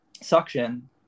suction